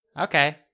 Okay